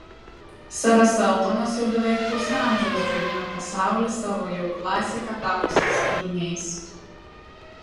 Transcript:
seras eltonas jau beveik pusę amžiaus džiugina pasaulį savo jau klasika tapusiais kūriniais